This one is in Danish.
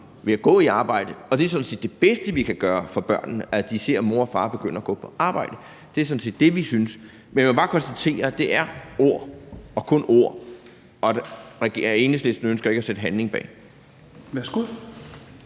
ved at gå i arbejde. Det er sådan set det bedste, vi kan gøre for børnene, altså at de ser, at mor og far begynder at gå på arbejde. Det er sådan set det, vi synes. Men jeg må bare konstatere, at det er ord og kun ord, og at Enhedslisten ikke ønsker at sætte handling bag.